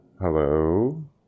Hello